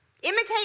Imitate